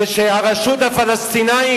כאשר הרשות הפלסטינית